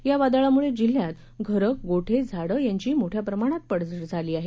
या वादळामुळे जिल्ह्यात घरं गोठे झाडं यांची मोठया प्रमाणात पडझड झाली आहे